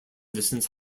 distance